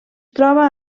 troba